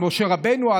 על משה רבנו,